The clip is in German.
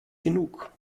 genug